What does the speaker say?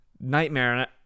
Nightmare